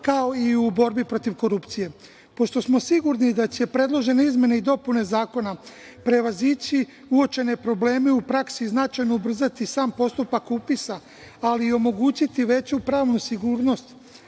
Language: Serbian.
kao i u borbi protiv korupcije. Pošto smo sigurni da će predložene izmene i dopune zakona prevazići uočene probleme u praksi, značajno ubrzati sam postupak upisa, ali i omogućiti veću pravnu sigurnost,